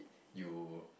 you